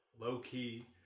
low-key